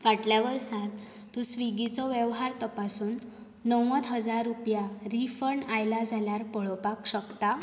फाटल्या वर्सांत तूं स्विग्गीचो वेव्हार तपासून णव्वद हजार रुपया रिफंड आयल्या जाल्यार पळोवपाक शकता